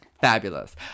Fabulous